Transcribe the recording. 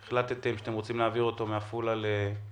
שהחלטתם שאתם רוצים להעביר אותו מעפולה לכרמל.